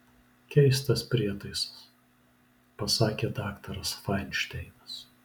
keistas prietaisas pasakė daktaras fainšteinas